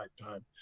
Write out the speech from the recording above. lifetime